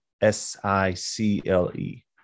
S-I-C-L-E